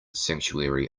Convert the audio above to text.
sanctuary